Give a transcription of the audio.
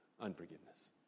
unforgiveness